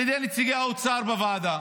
אלא על ידי נציגי האוצר בוועדה,